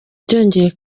byongeye